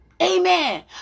Amen